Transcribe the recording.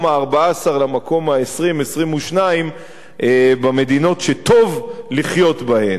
ה-14 למקום ה-20 22 במדינות שטוב לחיות בהן.